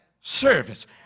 service